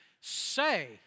say